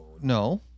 no